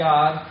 God